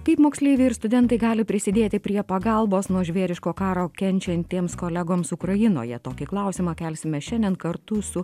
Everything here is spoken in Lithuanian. kaip moksleiviai ir studentai gali prisidėti prie pagalbos nuo žvėriško karo kenčiantiems kolegoms ukrainoje tokį klausimą kelsime šiandien kartu su